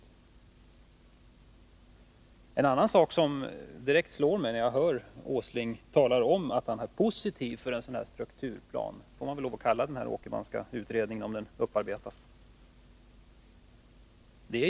Det är en annan sak som direkt slår mig, när jag hör Nils Åsling tala om att han är positiv till en strukturplan — man får väl kalla den Åkermanska utredningen så, om den uppdateras.